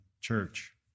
church